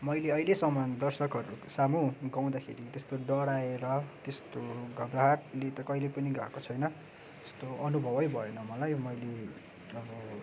मैले अहिलेसम्म दर्शकहरूको सामु गाउँदाखेरि त्यस्तो डराएर त्यस्तो घबराहटले त कहिले पनि गाएको छैन त्यस्तो अनुभवै भएन मलाई मैले अब